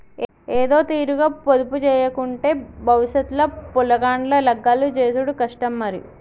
ఏదోతీరుగ పొదుపుజేయకుంటే బవుసెత్ ల పొలగాండ్ల లగ్గాలు జేసుడు కష్టం మరి